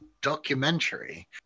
documentary